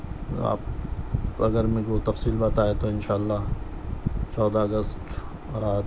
آپ اگر میرے کو تفصیل بتائے تو ان شاء اللہ چودہ اگست رات